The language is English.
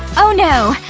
oh no,